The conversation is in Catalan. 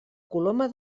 coloma